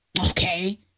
okay